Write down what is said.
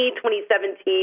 2017